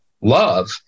love